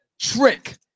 Trick